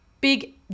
big